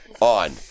On